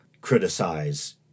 criticize